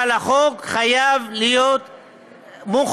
אבל החוק חייב להיות מוחלט,